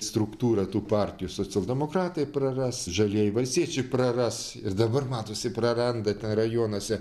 struktūra tų partijų socialdemokratai praras žalieji valstiečiai praras ir dabar matosi praranda ten rajonuose